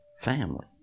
family